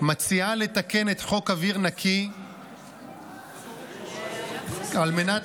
מציעה לתקן את חוק אוויר נקי על מנת